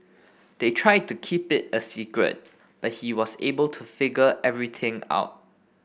they tried to keep it a secret but he was able to figure everything out